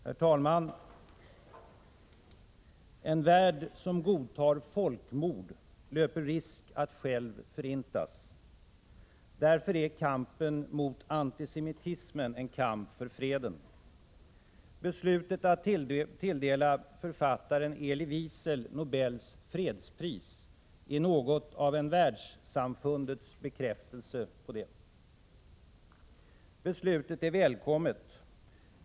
Herr talman! En värld som godtar folkmord löper risk att själv förintas. Därför är kampen mot antisemitismen en kamp för freden. Beslutet att tilldela författaren Elie Wiesel Nobels fredspris är något av en världssamfundets bekräftelse på det. Beslutet är välkommet.